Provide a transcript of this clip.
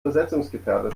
versetzungsgefährdet